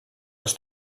les